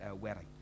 wedding